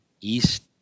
East